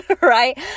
right